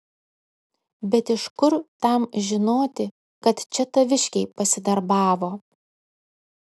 bet iš kur tam žinoti kad čia taviškiai pasidarbavo